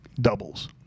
doubles